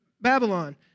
Babylon